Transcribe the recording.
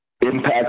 Impact